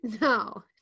No